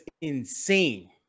insane